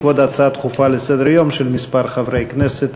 בעקבות הצעות דחופות לסדר-היום של כמה חברי כנסת.